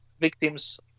victims